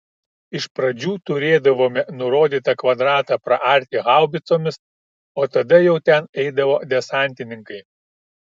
iš pradžių turėdavome nurodytą kvadratą praarti haubicomis o tada jau ten eidavo desantininkai